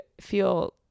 feel